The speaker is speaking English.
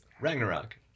Ragnarok